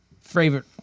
Favorite